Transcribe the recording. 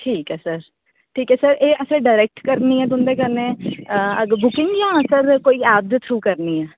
ठीक ऐ सर ठीक ऐ सर एह् असें डरैक्ट करनी ऐ तुं'दे कन्नै अग्गें बुकिंग सर जां कोई ऐप दे थ्रू करनी ऐ